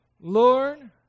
Lord